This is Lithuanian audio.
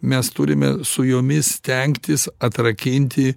mes turime su jomis stengtis atrakinti